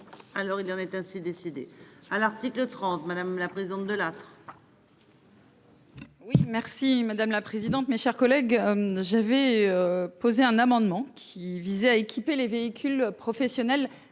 Alors il en est ainsi décidé à l'article 30. Madame la présidente Delattre. Oui merci madame la présidente, mes chers collègues j'avais posé un amendement qui visait à équiper les. Le professionnel